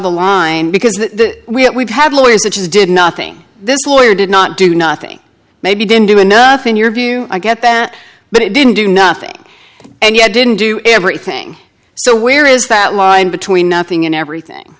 the line because that we have lawyers such as did nothing this lawyer did not do nothing maybe didn't do enough in your view i get that but it didn't do nothing and you didn't do everything so where is that line between nothing and everything